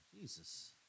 Jesus